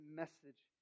message